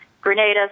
Grenada